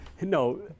no